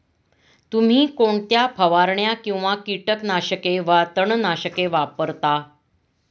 तुम्ही कोणत्या फवारण्या किंवा कीटकनाशके वा तणनाशके वापरता?